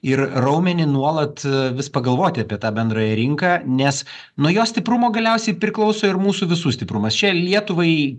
ir raumenį nuolat vis pagalvoti apie tą bendrąją rinką nes nuo jo stiprumo galiausiai priklauso ir mūsų visų stiprumas čia lietuvai